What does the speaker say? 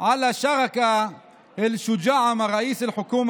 על הסכם קואליציוני,